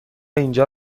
اینجا